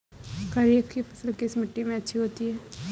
खरीफ की फसल किस मिट्टी में अच्छी होती है?